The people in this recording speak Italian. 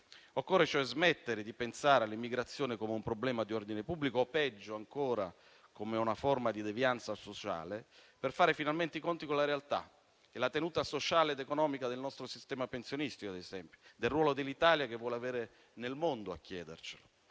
Occorre cioè smettere di pensare all'immigrazione come a un problema di ordine pubblico o, peggio ancora, come a una forma di devianza sociale, per fare finalmente i conti con la realtà. È la tenuta sociale ed economica del nostro sistema pensionistico, ad esempio, è il ruolo che l'Italia vuole avere nel mondo a chiedercelo.